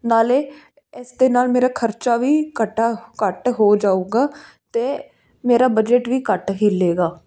ਨਾਲੇ ਇਸ ਦੇ ਨਾਲ ਮੇਰਾ ਖਰਚਾ ਵੀ ਘਟਾ ਘੱਟ ਹੋ ਜਾਵੇਗਾ ਅਤੇ ਮੇਰਾ ਬਜਟ ਵੀ ਘੱਟ ਹਿੱਲੇਗਾ